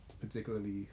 particularly